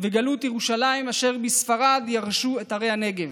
וגלֻת ירושלם אשר בספרד יִרשו את ערי הנגב".